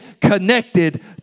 connected